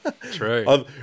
True